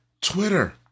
Twitter